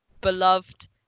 beloved